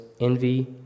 envy